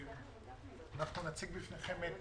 אנחנו נציג בפניכם את